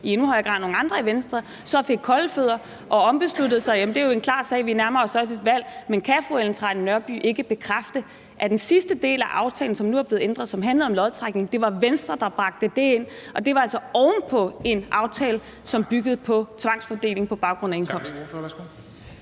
Ellen Trane Nørby end nogle andre i Venstre – så fik kolde fødder og ombestemte sig, er jo en klar sag. Vi nærmer os også et valg. Men kan fru Ellen Trane Nørby ikke bekræfte, at i forhold til den sidste del af aftalen, som nu er blevet ændret, og som handlede om lodtrækning, var det Venstre, der bragte det ind? Og det var altså oven på en aftale, som byggede på tvangsfordeling på baggrund af indkomst.